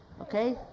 okay